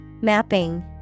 Mapping